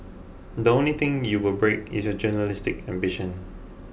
the only thing you will break is your journalistic ambition